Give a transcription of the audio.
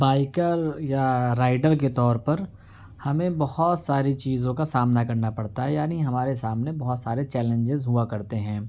biker یا rider کے طور پر ہمیں بہت ساری چیزوں کا سامنا کرنا پڑتا ہے یعنی ہمارے سامنے بہت سارے چیلنجز ہوا کرتے ہیں